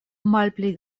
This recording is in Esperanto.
malpli